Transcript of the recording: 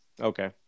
okay